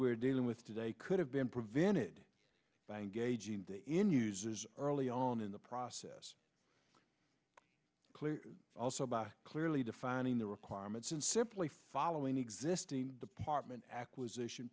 we're dealing with today could have been prevented by engaging in uses early on in the process clear also by clearly defining the requirements and simply following existing department acquisition